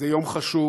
זה יום חשוב